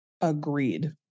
Agreed